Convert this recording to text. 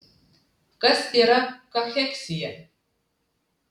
kas yra kacheksija